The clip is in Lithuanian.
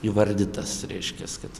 įvardytas reiškias kad